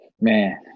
Man